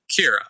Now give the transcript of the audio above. Kira